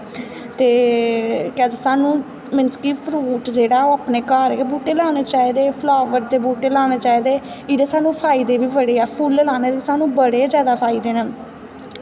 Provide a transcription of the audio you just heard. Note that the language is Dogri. ते केह् आखदे सानूं मीनस कि फ्रूट जेह्ड़ा ऐ ओह् अपने घर गै बूह्टे लाने चाहिदे ते फलावर दे बूह्टे लाने चाहिदे एह्दे सानूं फायदे बड़े ऐ फुल्ल लाने दे बड़े जादा फायदे न